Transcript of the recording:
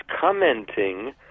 commenting